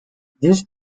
this